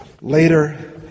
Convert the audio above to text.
Later